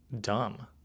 dumb